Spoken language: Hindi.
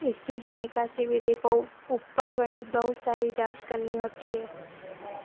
इसलिए निकासी विधि को ऊपर वर्णित बहुत सारी जाँच करनी होती है